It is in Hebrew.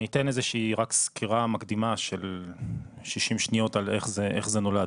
אני אתן סקירה מקדימה של 60 שניות על איך זה נולד.